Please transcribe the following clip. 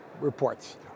reports